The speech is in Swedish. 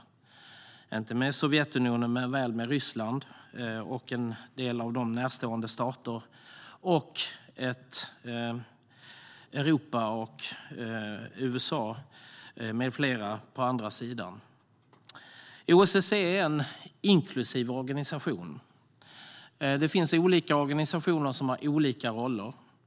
Då handlar det på den ena sidan inte om Sovjetunionen utan om Ryssland och en del av Rysslands närstående stater. På den andra sidan finns Europa, USA med flera. OSSE är en inklusiv organisation. Det finns olika organisationer som har olika roller.